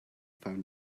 found